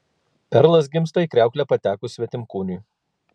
perlas gimsta į kriauklę patekus svetimkūniui